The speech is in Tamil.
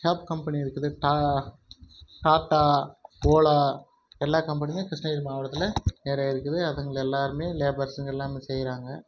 ஹாப் கம்பெனி இருக்குது டா டாடா ஓலா எல்லா கம்பெனியுமே கிருஷ்ணகிரி மாவட்டத்தில் நிறையா இருக்குது அதுங்க எல்லோருமே லேபர்ஸ்ங்கெல்லாமே செய்கிறாங்க